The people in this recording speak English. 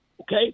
okay